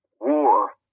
War